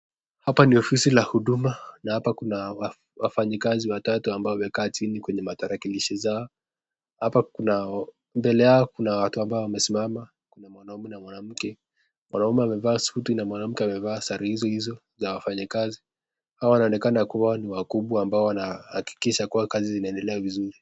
Hapa ni ofisi ya Huduma na hapa kuna wafanyikazi watatu ambao wamekaa chini kwenye tarakilishi zao. Mbele yao kuna watu ambao wamesimama, kuna mwanaume na mwanamke. Mwanaume amevaa suti na mwanamke amevaa sare hizo hizo za wafanyikazi. Hawa wanaonekana kua ni wakubwa wanaohakikisha kua kazi inaendelea vizuri.